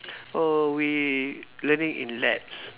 oh we learning in labs